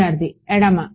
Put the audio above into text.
విద్యార్థి ఎడమ